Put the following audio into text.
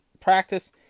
practice